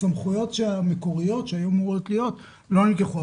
הסמכויות המקוריות שהיו אמורות להיות לא נלקחו,